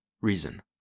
reason